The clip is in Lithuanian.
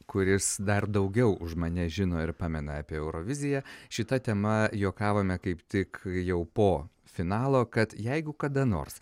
kuris dar daugiau už mane žino ir pamena apie euroviziją šita tema juokavome kaip tik jau po finalo kad jeigu kada nors